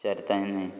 चर्तायनी